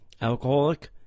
Alcoholic